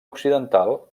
occidental